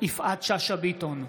יפעת שאשא ביטון,